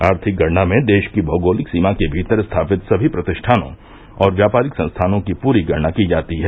आर्थिक गणना में देश की भौगोलिक सीमा के भीतर स्थापित सभी प्रतिष्ठानों और व्यापारिक संस्थानों की पूरी गणना की जाती है